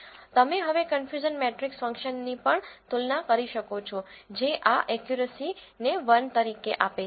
તમે હવે confusion matrix ફંક્શનની પણ તુલના કરી શકો છો જે આ એકયુરસીને 1 તરીકે આપે છે